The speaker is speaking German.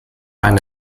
eine